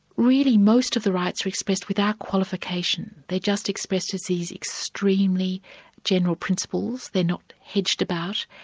really most of the rights are expressed without qualification, they're just expressed as these extremely general principles, they're not hedged about,